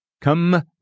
Come